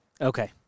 Okay